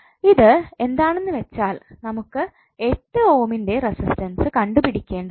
ഇത് എന്താണെന്ന് വെച്ചാൽ നമുക്ക് 8 ഓമിൻറെ റെസിസ്റ്റൻസ് കണ്ടുപിടിക്കേണ്ടത് ഉണ്ട്